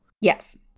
Yes